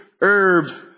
herb